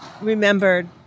remembered